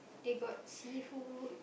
they got seafood